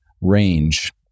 range